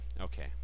Okay